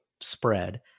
spread